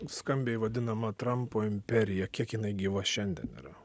skambiai vadinama trampo imperija kiek jinai gyva šiandien yra